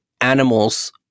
animals